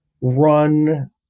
run